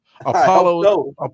Apollo